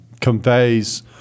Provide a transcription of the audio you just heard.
conveys